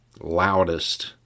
loudest